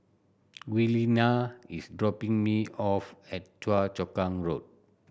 Giuliana is dropping me off at Choa Chu Kang Road